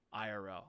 IRL